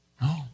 No